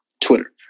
Twitter